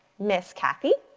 miss kathy,